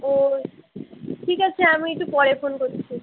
ও ঠিক আছে আমি এটটু পরে ফোন করছি